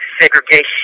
Segregation